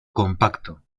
compacto